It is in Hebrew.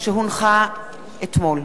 שהונחה אתמול.